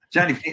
Johnny